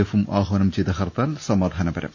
എഫും ആഹ്വാനം ചെയ്ത ഹർത്താൽ സമാധാനപരം